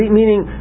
meaning